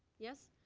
yes?